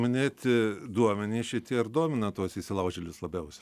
minėti duomenys šitie ir domina tuos įsilaužėlius labiausiai